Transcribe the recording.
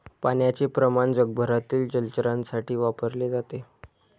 पाण्याचे प्रमाण जगभरातील जलचरांसाठी वापरले जाते